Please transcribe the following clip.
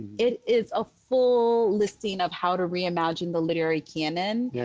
it is a full listing of how to reimagine the literary canon. yeah